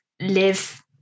live